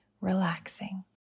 relaxing